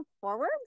forward